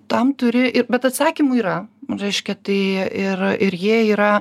tam turi ir bet atsakymų yra reiškia tai ir ir jie yra